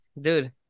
dude